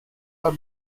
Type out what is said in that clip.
are